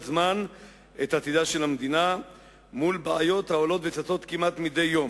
זמן את עתידה של המדינה מול בעיות העולות וצצות כמעט מדי יום: